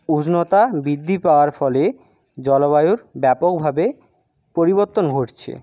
উষ্ণতা বৃদ্ধি পাওয়ার ফলে জলবায়ুর ব্যাপকভাবে পরিবর্তন ঘটছে